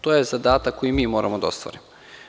To je zadatak koji mi moramo da ostvarimo.